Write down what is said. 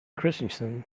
christensen